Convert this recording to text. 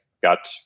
got